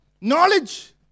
knowledge